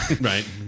Right